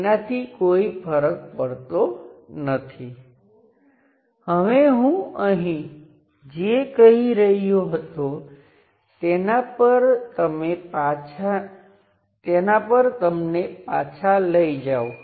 જ્યાં Rth એ સર્કિટની સમકક્ષ રેઝિસ્ટન્સ છે તે રીતે પાછળ જુઓ